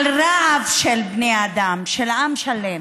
רעב של בני אדם, של עם שלם?